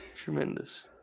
Tremendous